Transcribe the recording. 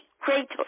great